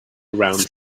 around